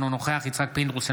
אינו נוכח יצחק פינדרוס,